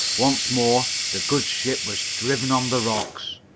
once more, the good ship was driven on the rocks.